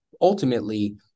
ultimately